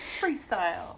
Freestyle